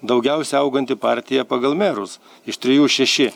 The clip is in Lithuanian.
daugiausia auganti partija pagal merus iš trijų šeši